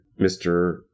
Mr